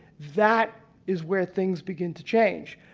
that is where things begin to change.